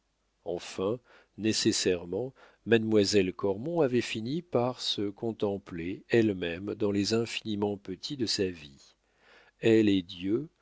enfin nécessairement mademoiselle cormon avait fini par se contempler elle-même dans les infiniment petits de sa vie elle et dieu